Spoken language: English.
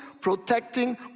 protecting